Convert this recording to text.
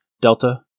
Delta